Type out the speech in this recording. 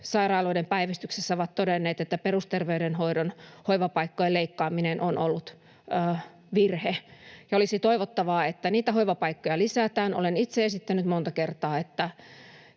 sairaaloiden päivystyksessä ovat todenneet, että perusterveydenhoidon hoivapaikkojen leikkaaminen on ollut virhe. Olisi toivottavaa, että niitä hoivapaikkoja lisätään. Olen itse esittänyt monta kertaa,